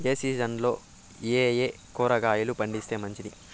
ఏ సీజన్లలో ఏయే కూరగాయలు పండిస్తే మంచిది